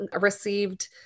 received